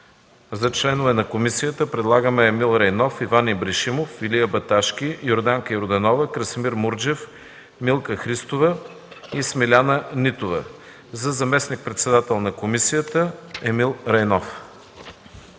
За членове на комисията предлагаме Емил Райнов, Иван Ибришимов, Илия Баташки, Йорданка Йорданова, Красимир Мурджев, Милка Христова и Смиляна Нитова. За заместник-председател на комисията – Емил Райнов.